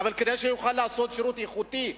אבל כדי שיוכל לעשות שירות איכותי,